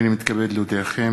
הנני מתכבד להודיעכם,